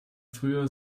früher